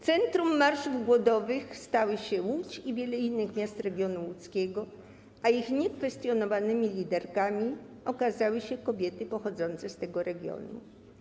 Centrum marszów głodowych stały się Łódź i wiele innych miast regionu łódzkiego, a ich niekwestionowanymi liderkami okazały się kobiety pochodzące z tego regionu.